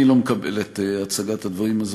אני לא מקבל את הצגת הדברים הזאת,